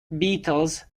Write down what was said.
beetles